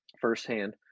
firsthand